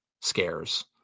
scares